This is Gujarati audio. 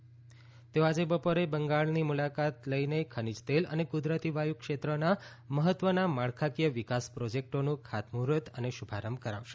તેઓ આજે બપોરે બંગાળની મુલાકાત લઈને ખનીજ તેલ અને ક્રદરતી વાયુ ક્ષેત્રના મહત્વના માળખાકીય વિકાસ પ્રોજેક્ટોનું ખાતમૂહર્ત અને શુભારંભ કરાવશે